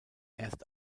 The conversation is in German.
erst